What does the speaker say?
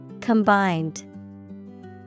Combined